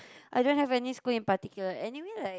I don't have any school in particular anyway like